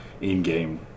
in-game